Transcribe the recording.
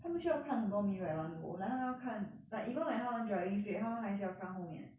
他们需要看很多 mirror at one go like 他们要看 like even when 他们 driving straight 他们还是要看后面